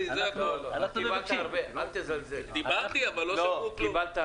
אנחנו מבקשים שהתקופה שבה